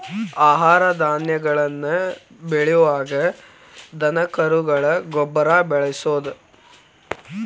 ಆಹಾರ ಧಾನ್ಯಗಳನ್ನ ಬೆಳಿಯುವಾಗ ದನಕರುಗಳ ಗೊಬ್ಬರಾ ಬಳಸುದು